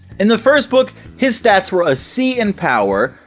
in the first book, his stats were a c in power,